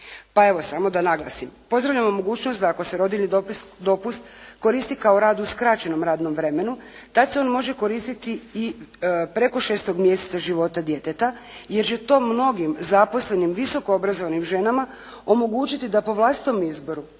Pa evo samo sa naglasim. Pozdravljamo mogućnost da ako se rodiljni dopust koristi kao rad u skraćenom radnom vremenu tad se on može koristiti i preko šestog mjeseca života djeteta, jer će to mnogim zaposlenim, visoko obrazovanim ženama omogućiti da po vlastitom izboru